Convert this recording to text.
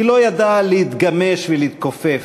היא לא ידעה להתגמש ולהתכופף,